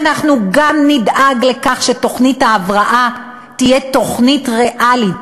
כי אנחנו גם נדאג לכך שתוכנית ההבראה תהיה תוכנית ריאלית,